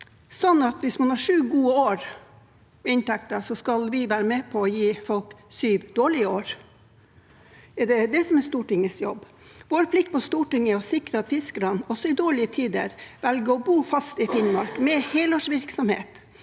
sånn at hvis man har hatt sju gode år med inntekter, så skal vi være med på å gi folk sju dårlige år? Er det det som er Stortingets jobb? Vår plikt på Stortinget er å sikre at fiskerne også i dårlige tider velger å bo fast i Finnmark med helårsvirksomhet.